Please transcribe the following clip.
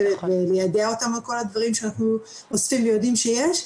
וליידע אותם על כל הדברים שאנחנו אוספים ויודעים שיש.